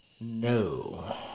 No